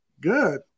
Good